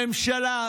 הממשלה,